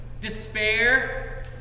despair